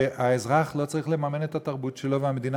שהאזרח לא צריך לממן את התרבות שלה והמדינה